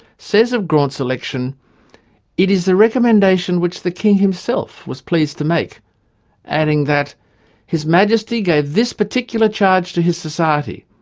says of graunt's election it is the recommendation which the king himself was pleased to make adding that his majesty gave this particular charge to his society,